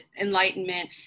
enlightenment